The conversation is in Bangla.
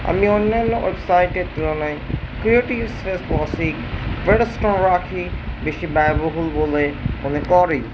আমি অন্যান্য ওয়েবসাইটের তুলনায় creative space classic red stone rakhi বেশি ব্যয়বহুল বলে মনে করি